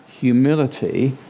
humility